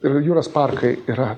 ir jūros parkai yra